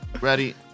Ready